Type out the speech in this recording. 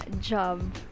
job